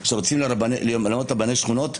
כשרוצים למנות רבני שכונות,